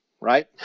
right